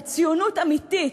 בציונות אמיתית?